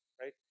right